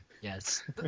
Yes